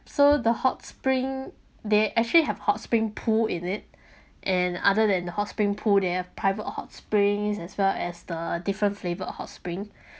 so the hot spring they actually have hot spring pool in it and other than hot spring pool they have private hot spring as well as the different flavoured hot spring